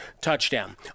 touchdown